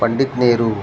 Pandit Nehru